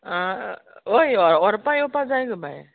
आं हय व्हो व्होरपा येवपा जाय गो बाय